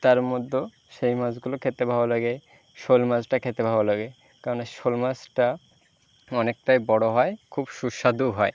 তার মধ্যেও সেই মাছগুলো খেতে ভালো লাগে শোল মাছটা খেতে ভালো লাগে কেননা শোল মাছটা অনেকটাই বড় হয় খুব সুস্বাদুও হয়